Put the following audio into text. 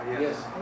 Yes